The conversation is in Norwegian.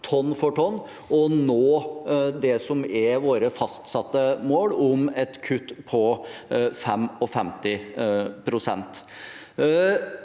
tonn for tonn, og nå det som er våre fastsatte mål: et kutt på 55 pst.